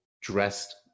dressed